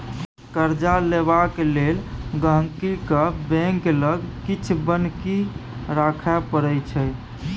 कर्जा लेबाक लेल गांहिकी केँ बैंक लग किछ बन्हकी राखय परै छै